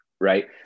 right